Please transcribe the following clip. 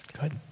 Good